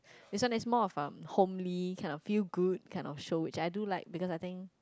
this one is more of um homely kind of feel good kind of show which I do like because I think